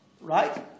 right